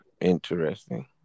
interesting